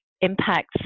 impacts